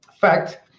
fact